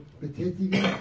betätigen